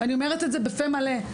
אני אומרת את זה בפה מלא,